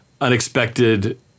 unexpected